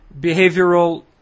behavioral